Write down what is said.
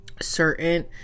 certain